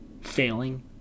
failing